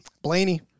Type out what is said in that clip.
Blaney